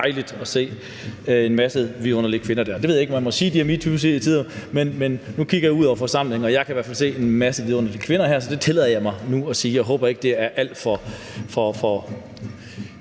jeg er dejligt at se – en masse vidunderlige kvinder. Det ved jeg ikke om man må sige i de her metootider, men nu kigger jeg ud over forsamlingen, og jeg kan i hvert fald se en masse vidunderlige kvinder her, så det tillader jeg mig nu at sige. Jeg håber ikke, det er alt for